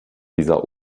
dieser